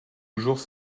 toujours